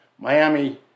Miami